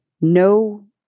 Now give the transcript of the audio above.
no